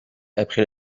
après